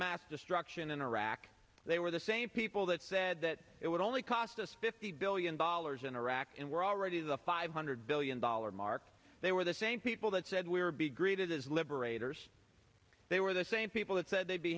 mass destruction in iraq they were the same people that said that it would only cost us fifty billion dollars in iraq and were already is a five hundred billion dollars mark they were the same people that said we would be greeted as liberators they were the same people that said they'd be